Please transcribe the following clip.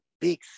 big